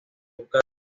busca